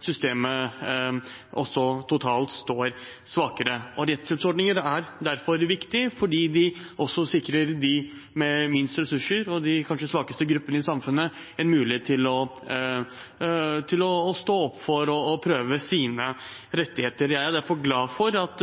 systemet totalt sett står svakere. Rettshjelpsordninger er derfor viktige, fordi de sikrer dem med minst ressurser og gir de kanskje svakeste gruppene i samfunnet en mulighet til å stå opp for og prøve sine rettigheter. Jeg er derfor glad for at